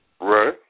Right